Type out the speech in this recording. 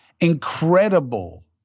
incredible